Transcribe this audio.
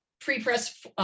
pre-press